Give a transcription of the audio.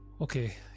Okay